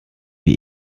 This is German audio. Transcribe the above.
wie